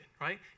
right